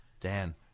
Dan